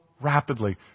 rapidly